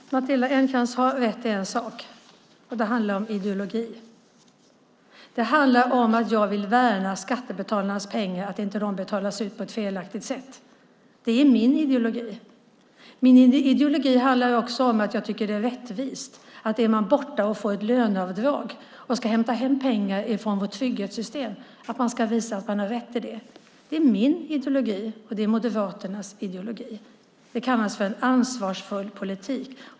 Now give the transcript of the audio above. Fru talman! Matilda Ernkrans har rätt i en sak. Det handlar om ideologi. Det handlar om att jag vill värna skattebetalarnas pengar så att de inte betalas ut på ett felaktigt sätt. Det är min ideologi. Min ideologi handlar också om att jag tycker att det är rättvist att man om man är borta och får ett löneavdrag och ska hämta hem pengar från vårt trygghetssystem ska visa att man har rätt till det. Det är min ideologi, och det är Moderaternas ideologi. Det kallas för en ansvarsfull politik.